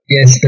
Yes